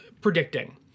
predicting